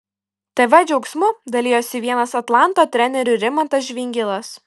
tv džiaugsmu dalijosi vienas atlanto trenerių rimantas žvingilas